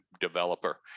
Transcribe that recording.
developer